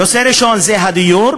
הנושא הראשון הוא הדיור,